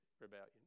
rebellion